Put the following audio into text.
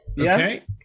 Okay